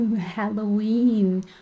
Halloween